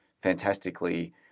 fantastically